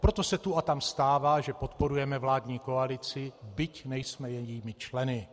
Proto se tu a tam stává, že podporujeme vládní koalici, byť nejsme jejími členy.